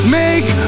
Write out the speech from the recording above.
make